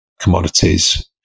commodities